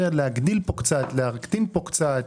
להגדיל פה קצת, להקטין פה קצת.